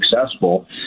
successful